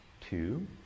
two